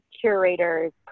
curators